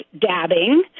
dabbing